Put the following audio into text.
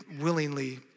willingly